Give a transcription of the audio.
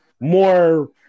more